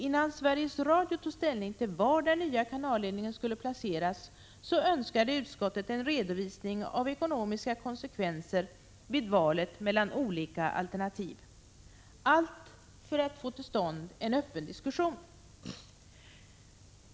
Innan Sveriges Radio tog ställning till var den nya kanalledningen skulle placeras, önskade utskottet en redovisning av ekonomiska konsekvenser vid valet mellan olika alternativ, allt för att få till stånd en öppen diskussion.